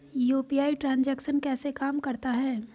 UPI transaction कैसे काम करता है?